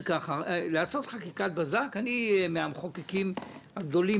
לעשות חקיקת בזק אני מהמחוקקים הגדולים